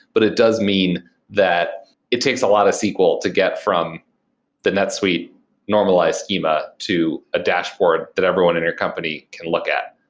but it does mean that it takes a lot of sql to get from the netsuite normalized schema to a dashboard that everyone in your company can look at.